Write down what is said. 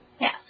Yes